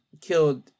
killed